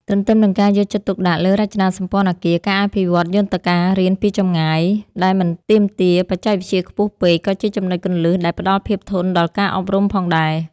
ទន្ទឹមនឹងការយកចិត្តទុកដាក់លើរចនាសម្ព័ន្ធអគារ ការអភិវឌ្ឍយន្តការរៀនពីចម្ងាយដែលមិនទាមទារបច្ចេកវិទ្យាខ្ពស់ពេក ក៏ជាចំណុចគន្លឹះដែលផ្តល់ភាពធន់ដល់ការអប់រំផងដែរ។